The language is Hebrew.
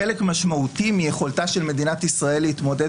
חלק משמעותי מיכולתה של מדינת ישראל להתמודד